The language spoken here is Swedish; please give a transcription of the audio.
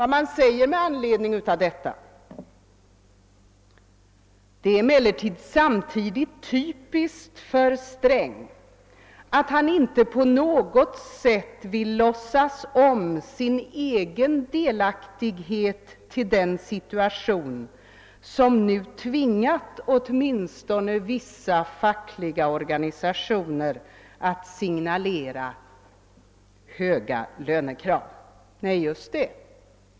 Där säger man med anledning av detta: »Det är emellertid samtidigt typiskt för Sträng att han inte på något sätt vill låtsas om sin egen delaktighet till den situation som nu tvingat åtminstone vissa fackliga organisationer att signalera höga lönekrav.» Just det.